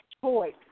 choice